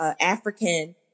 African